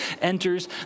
enters